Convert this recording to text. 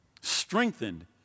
strengthened